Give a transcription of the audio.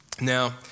Now